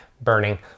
burning